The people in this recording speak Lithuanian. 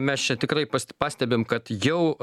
mes čia tikrai past pastebim kad jau